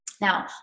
Now